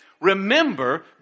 Remember